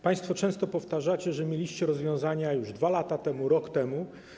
Państwo często powtarzacie, że mieliście rozwiązania już 2 lata temu, rok temu.